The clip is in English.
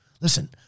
listen